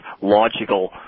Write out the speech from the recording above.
logical